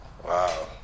Wow